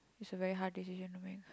it's a very hard decision to make